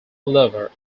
lover